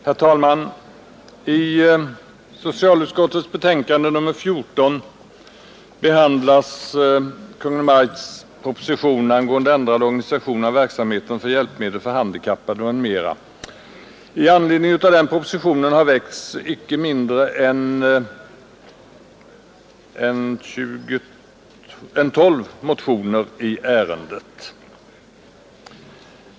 Herr talman! I socialutskottets betänkande nr 14 behandlas Kungl. Maj:ts proposition angående ändrad organisation av verksamheten med hjälpmedel för handikappade m.m. I anledning av den propositionen har väckts icke mindre än tolv motioner i ärendet.